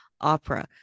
opera